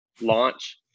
launch